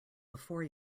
before